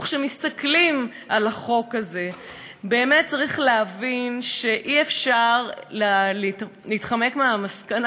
כשמסתכלים על החוק הזה באמת צריך להבין שאי-אפשר להתחמק מהמסקנה